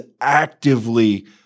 actively